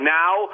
now